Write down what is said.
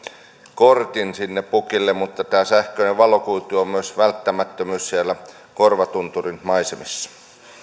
kortin sinne pukille mutta tämä sähköinen valokuitu on myös välttämättömyys siellä korvatunturin maisemissa